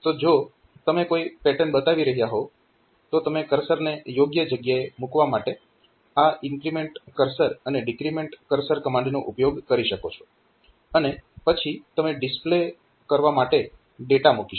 તો જો તમે કોઈ પેટર્ન બનાવી રહ્યા હોવ તો તમે કર્સરને યોગ્ય જગ્યાએ મૂકવા માટે આ ઇન્ક્રીમેન્ટ કર્સર અને ડિક્રીમેન્ટ કર્સર કમાન્ડનો ઉપયોગ કરી શકો છો અને પછી તમે ડિસ્પ્લે કરવા માટે ડેટા મૂકી શકો